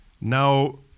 Now